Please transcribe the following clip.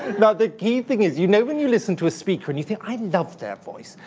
now, the key thing is you know when you listen to a speaker and you think, i love their voice.